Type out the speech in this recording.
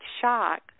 shock